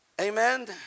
amen